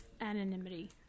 anonymity